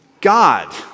God